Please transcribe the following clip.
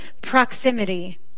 proximity